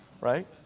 right